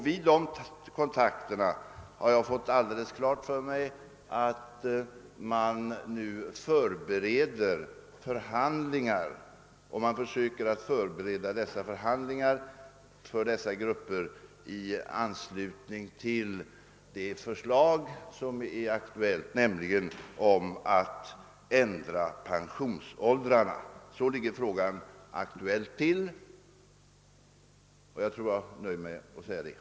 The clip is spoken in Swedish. Vid dessa kontakter har jag fått klart för mig att förhandlingar nu förbereds för berörda grupper eventuellt i anslutning till det förslag om att ändra pensionsåldrarna som är aktuellt. Så ligger saken alltså till för närvarande.